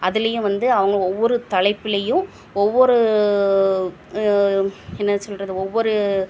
அதுலேயும் வந்து அவங்க ஒவ்வொரு தலைப்புலேயும் ஒவ்வொரு என்ன சொல்கிறது ஒவ்வொரு